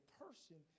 person